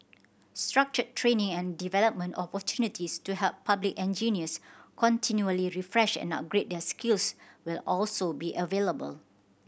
structured training and development opportunities to help public engineers continually refresh and upgrade their skills will also be available